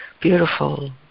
beautiful